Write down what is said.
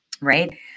right